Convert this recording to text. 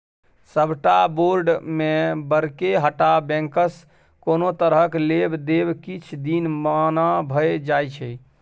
सबटा बोर्ड मेंबरके हटा बैंकसँ कोनो तरहक लेब देब किछ दिन मना भए जाइ छै